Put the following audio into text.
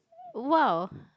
!wow!